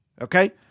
okay